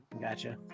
gotcha